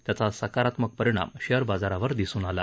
त्याचा सकारात्मक परिणाम शेअर बाजारावर दिसुन आला